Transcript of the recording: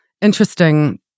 interesting